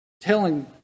telling